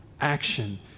action